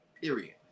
Period